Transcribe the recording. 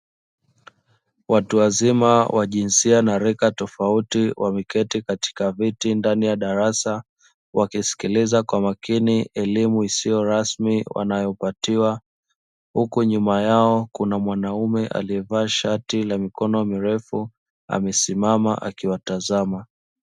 Watu wazima wa jinsia na rika tofauti wameketi katika viti ndani ya darasa wakisikiliza kwa makini elimu isiyo rasmi wanayopatiwa, huku nyuma yao kuna mwanaume aliyevaa shati la mikono mirefu amesimama akiwatazama.